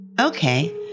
Okay